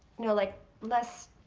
know, like less.